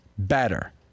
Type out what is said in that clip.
Better